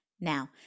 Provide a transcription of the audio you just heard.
Now